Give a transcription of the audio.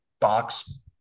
box